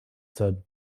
said